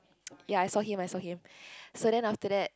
ya I saw him I saw him so then after that